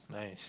nice